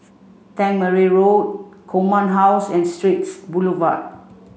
Tangmere Road Command House and Straits Boulevard